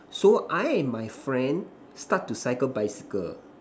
so I and my friend start to cycle bicycle